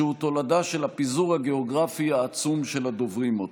שהוא תולדה של הפיזור הגיאוגרפי העצום של הדוברים אותה.